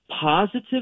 positive